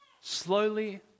slowly